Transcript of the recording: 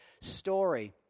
story